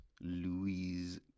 Louise